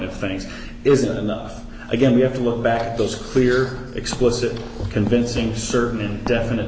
of things isn't enough again we have to look back at those clear explicit convincing certain definite